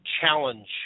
challenge